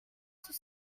six